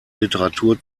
literatur